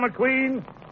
McQueen